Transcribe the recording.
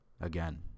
again